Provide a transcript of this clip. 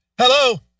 Hello